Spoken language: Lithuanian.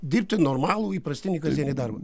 dirbti normalų įprastinį kasdienį darbą